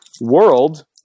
world